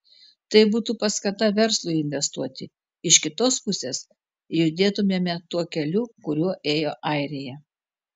tai būtų paskata verslui investuoti iš kitos pusės judėtumėme tuo keliu kuriuo ėjo airija